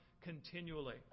continually